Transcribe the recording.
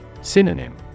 Synonym